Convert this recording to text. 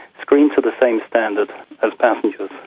screened to the same standard as passengers.